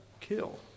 kill